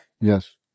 Yes